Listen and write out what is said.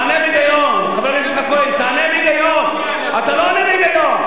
תענה בהיגיון, אתה לא עונה לי בהיגיון.